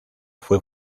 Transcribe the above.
fue